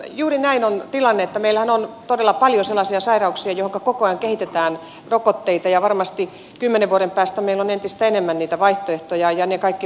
juuri näin on tilanne että meillähän on todella paljon sellaisia sairauksia joihinka koko ajan kehitetään rokotteita ja varmasti kymmenen vuoden päästä meillä on entistä enemmän niitä vaihtoehtoja ja ne kaikki maksavat